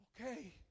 Okay